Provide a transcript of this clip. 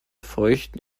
feuchten